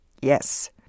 Yes